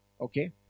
Okay